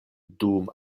dum